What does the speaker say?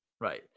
Right